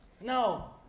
No